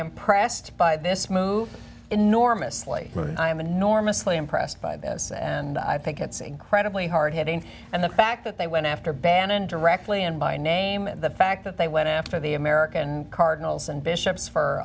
am pressed by this move enormously and i am enormously impressed by this and i think it's incredibly hard hitting and the fact that they went after bannon directly and by name and the fact that they went after the american cardinals and bishops for